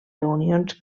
reunions